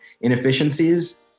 Inefficiencies